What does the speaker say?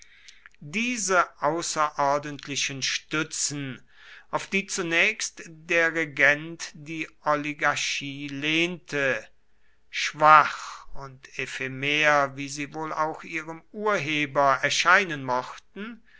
diese außerordentlichen stützen auf die zunächst der regent die oligarchie lehnte schwach und ephemer wie sie wohl auch ihrem urheber erscheinen mochten